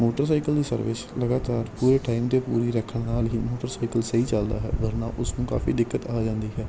motorcycle ਦੀ service ਲਗਾਤਾਰ ਪੂਰੇ ਟਾਈਮ 'ਤੇ ਪੂਰੀ ਰੱਖਣ ਨਾਲ ਹੀ ਮੋਟਰਸਾਈਕਲ ਸਹੀ ਚਲਦਾ ਹੈ ਵਰਨਾ ਉਸ ਨੂੰ ਕਾਫੀ ਦਿੱਕਤ ਆ ਜਾਂਦੀ ਹੈ